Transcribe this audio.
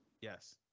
Yes